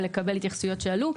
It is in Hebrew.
כדי לקבל התייחסויות שעלו.